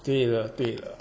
对了对了